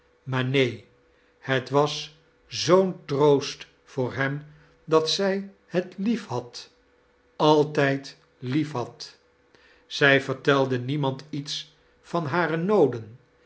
maar neen het was zoo'n troost voor hem dat zij het lief had altijd liefhad zij vertelde niemand iets van hare nooden